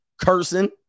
cursing